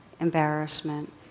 embarrassment